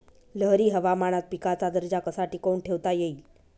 लहरी हवामानात पिकाचा दर्जा कसा टिकवून ठेवता येईल?